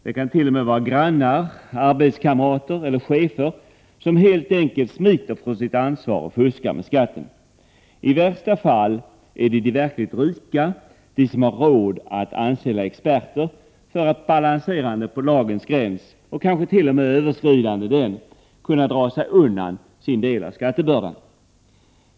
Det kan t.o.m. vara grannar, arbetskamrater eller chefer som helt enkelt smiter från sitt ansvar och fuskar med skatten. I värsta fall är det de verkligt rika, de som har råd att anlita experter för att balanserande på lagens gräns, kanske t.o.m. överskridande den, kunna dra sig undan sin del av skattebördan.